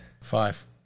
five